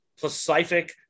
Pacific